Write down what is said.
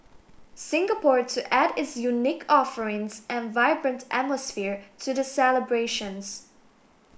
Singapore to add its unique offerings and vibrant atmosphere to the celebrations